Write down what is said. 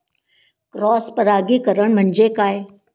Cross परागीकरण म्हणजे काय?